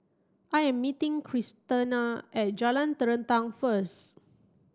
I am meeting Christena at Jalan Terentang first